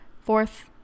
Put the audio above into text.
Fourth